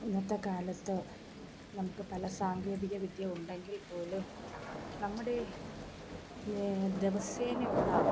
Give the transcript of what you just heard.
ഇന്നത്തെ കാലത്ത് നമുക്ക് പല സാങ്കേതിക വിദ്യ ഉണ്ടെങ്കിൽ പോലും നമ്മുടെ ദിവസേനയുള്ള